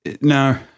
No